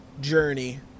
journey